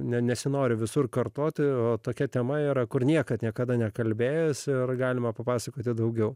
nesinori visur kartoti o tokia tema yra kur niekad niekada nekalbėjęs ir galima papasakoti daugiau